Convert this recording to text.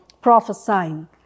prophesying